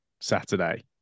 Saturday